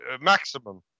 maximum